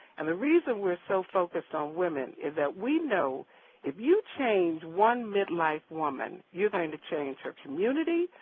and the reason we're so focused on women is that we know if you change one mid-life woman, you're going to change her community,